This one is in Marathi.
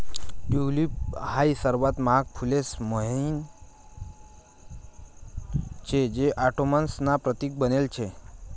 टयूलिप हाई सर्वात महाग फुलेस म्हाईन शे जे ऑटोमन्स ना प्रतीक बनेल शे